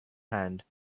hand